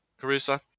Carissa